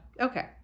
Okay